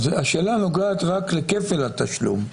השאלה נוגעת רק לכפל התשלום,